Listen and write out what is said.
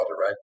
right